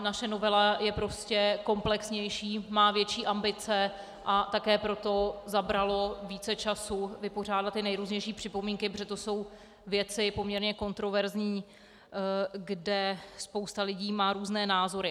Naše novela je prostě komplexnější, má větší ambice, a také proto zabralo více čase vypořádat nejrůznější připomínky, protože to jsou věci poměrně kontroverzní, kde spousta lidí má různé názory.